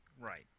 Right